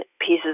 pieces